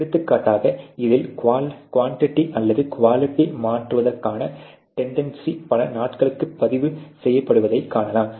எடுத்துக்காட்டாக இதில் குவான்டிட்டி அல்லது குவாலிட்டி மாறுவதற்கான டென்டென்னசி பல நாட்களுக்குப் பதிவு செய்யப்படுவதைக் காணலாம்